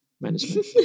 management